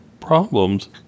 problems